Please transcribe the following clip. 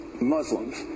Muslims